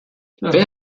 wer